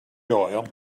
doyle